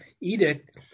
edict